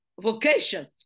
vocation